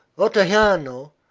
ottajano,